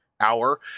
hour